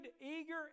eager